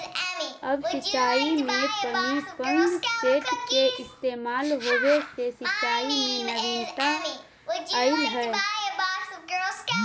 अब सिंचाई में पम्पिंग सेट के इस्तेमाल होवे से सिंचाई में नवीनता अलइ हे